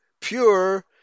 pure